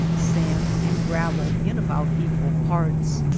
sand, and gravel in about equal parts.